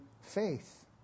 faith